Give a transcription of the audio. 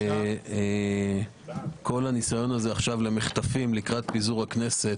כל הניסיון הזה למחטפים לקראת פיזור הכנסת,